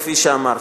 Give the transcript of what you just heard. כפי שאמרתי?